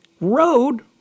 road